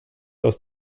aus